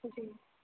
جی